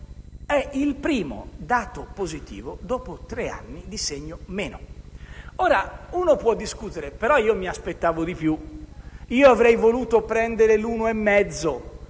è il primo dato positivo dopo tre anni di segno meno. Ora uno più discutere: «Però mi aspettavo di più: io avrei voluto prendere l'1,5 perché